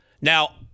Now